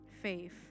Faith